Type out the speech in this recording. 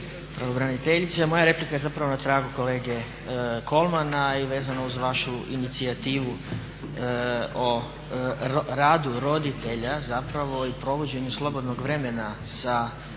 pravobraniteljice. Moja replika je zapravo na tragu kolege Kolmana i vezano uz vašu inicijativu o radu roditelja i provođenju slobodnog vremena sa vlastitom